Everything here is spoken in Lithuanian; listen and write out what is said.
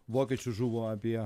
vokiečių žuvo apie